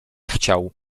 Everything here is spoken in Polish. chciał